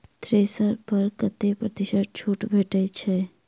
Thresher पर कतै प्रतिशत छूट भेटय छै?